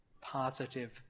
positive